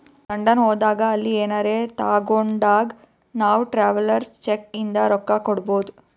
London ಹೋದಾಗ ಅಲ್ಲಿ ಏನರೆ ತಾಗೊಂಡಾಗ್ ನಾವ್ ಟ್ರಾವೆಲರ್ಸ್ ಚೆಕ್ ಇಂದ ರೊಕ್ಕಾ ಕೊಡ್ಬೋದ್